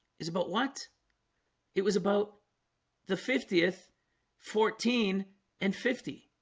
is about what it was about the fiftieth fourteen and fifty